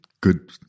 good